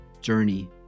journey